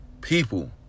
people